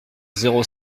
zéro